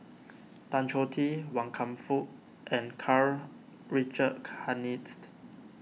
Tan Choh Tee Wan Kam Fook and Karl Richard Hanitsch